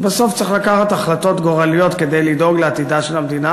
בסוף צריך לקחת החלטות גורליות כדי לדאוג לעתידה של המדינה,